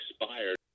expired